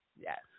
Yes